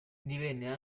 divenne